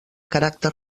caràcter